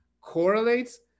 correlates